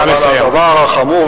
אבל הדבר החמור,